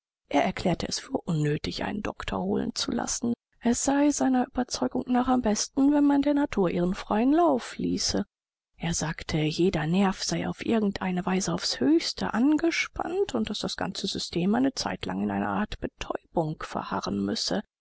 er erklärte es für unnötig einen doktor holen zu lassen es sei seiner überzeugung nach am besten wenn man der natur ihren freien lauf ließe er sagte jeder nerv sei auf irgend eine weise aufs höchste angespannt und daß das ganze system eine zeit lang in einer art betäubung verharren müsse